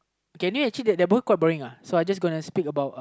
okay anyway that the book actually quite boring lah so I just gonna speak about the